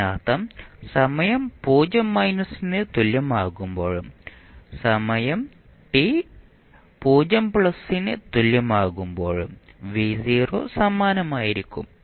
ഇതിനർത്ഥം സമയം 0 മൈനസിന് തുല്യമാകുമ്പോഴും സമയം ടി 0 പ്ലസിന് തുല്യമാകുമ്പോഴും V0 സമാനമായിരിക്കും